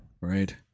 Right